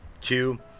two